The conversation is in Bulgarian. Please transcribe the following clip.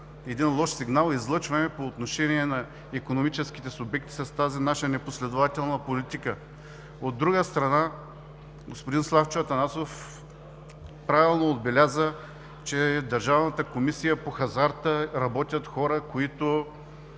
лош сигнал, излъчване по отношение на икономическите субекти с тази наша непоследователна политика. От друга страна, господин Славчо Атанасов правилно отбеляза, че в Държавната комисия по хазарта работят хора, на които